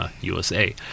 USA